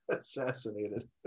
assassinated